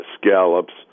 scallops